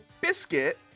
Biscuit